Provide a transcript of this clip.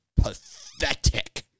pathetic